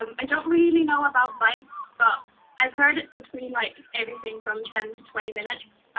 um i don't really know about bikes, but i've heard it's between, like, everything fram ten to twenty minutes,